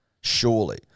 Surely